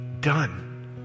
done